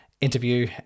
interview